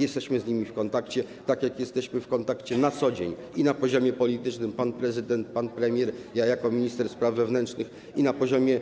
Jesteśmy z nimi w kontakcie, tak jak jesteśmy w kontakcie na co dzień, i na poziomie politycznym - pan prezydent, pan premier, ja jako minister spraw wewnętrznych - i na poziomie